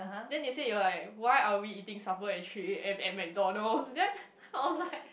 then they say you're like why are we eating supper at three A_M at McDonald's then I was like